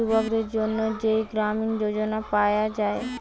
যুবকদের জন্যে যেই গ্রামীণ যোজনা পায়া যায়